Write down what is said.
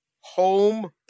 home